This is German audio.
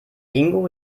ingo